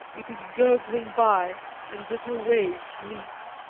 it is gurgling by, and little waves leap.